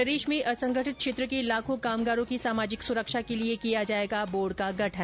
प्रदेश में असंगठित क्षेत्र के लाखों कामगारों की सामाजिक सुरक्षा के लिए किया जाएगा बोर्ड का गठन